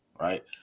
right